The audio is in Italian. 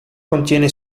contiene